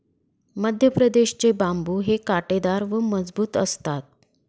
मध्यप्रदेश चे बांबु हे काटेदार व मजबूत असतात